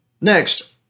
Next